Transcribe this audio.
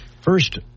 First